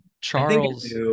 Charles